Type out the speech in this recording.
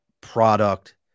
product